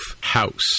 house